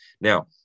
Now